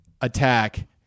attack